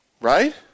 Right